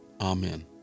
Amen